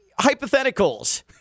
hypotheticals